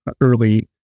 early